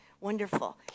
Wonderful